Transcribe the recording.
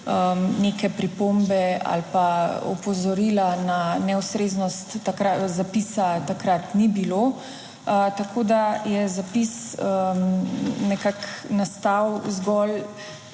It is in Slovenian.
Neke pripombe ali pa opozorila na neustreznost zapisa takrat ni bilo. Tako, da je zapis nekako nastal zgolj